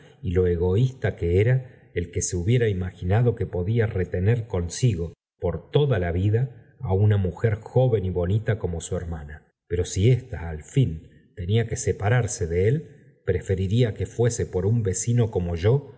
y lo egoísta que er e l que se hubiera imaginado que podía retener consigo por toda la vida á una mu í er í ven y bonita como su hemiana pero si esta al fin tenía que separarse de él preferiría que fuese por un vecino como yo